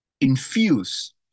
infuse